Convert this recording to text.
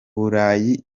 burayi